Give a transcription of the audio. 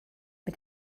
mit